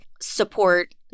support